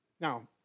Now